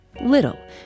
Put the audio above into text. Little